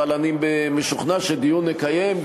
אבל אני משוכנע שדיון נקיים,